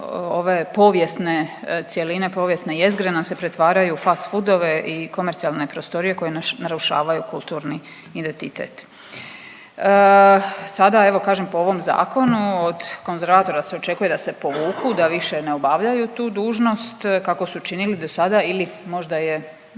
ove povijesne cjeline, povijesne jezgre nam se pretvaraju fast foodove i komercijalne prostorije koje narušavaju kulturni identitet. Sada evo kažem po ovom zakonu od konzervatora se očekuje da se povuku, da više ne obavljaju tu dužnost kako su činili dosada ili možda je